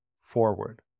forward